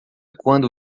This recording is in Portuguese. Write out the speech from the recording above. quando